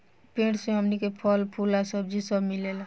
पेड़ से हमनी के फल, फूल आ सब्जी सब मिलेला